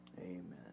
Amen